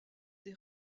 des